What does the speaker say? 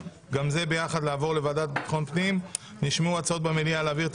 גם כאן ההצעה היא להעביר לוועדה לביטחון הפנים.